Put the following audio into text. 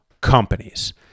companies